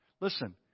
Listen